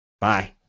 Bye